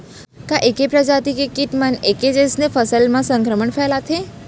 का ऐके प्रजाति के किट मन ऐके जइसे फसल म संक्रमण फइलाथें?